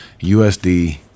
USD